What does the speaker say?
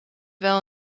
wel